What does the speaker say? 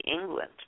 England